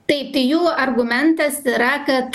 taip tai jų argumentas yra kad